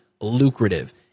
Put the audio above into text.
lucrative